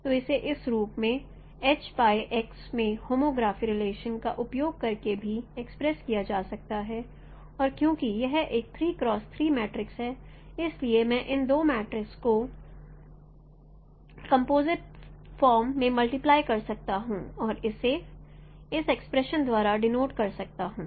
तो इसे इस रूप में होमोग्राफी रिलेशन का उपयोग करके भी एक्सप्रेस किया जा सकता है और चूंकि यह एक मैट्रिक्स है इसलिए मैं इन दो मैट्रिक्स को कंपोजिट फार्म में मल्टीप्लाई कर सकता हूं और इसे F द्वारा डेनोट कर सकता हूं